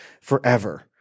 forever